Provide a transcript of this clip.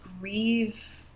grieve